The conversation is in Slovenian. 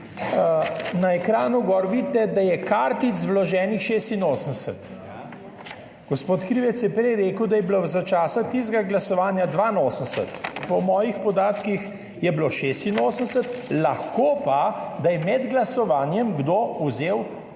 Na ekranu vidite, da je vloženih kartic 86. Gospod Krivec je prej rekel, da je bilo za časa tistega glasovanja 82, po mojih podatkih je bilo 86, lahko pa, da je med glasovanjem kdo vzel